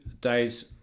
days